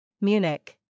Munich